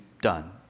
Done